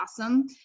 awesome